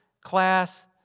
class